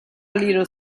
little